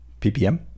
PPM